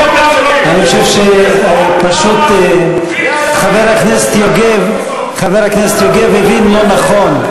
אני חושב שחבר הכנסת יוגב הבין לא נכון.